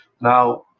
Now